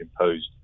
imposed